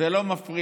זה לא מפריע,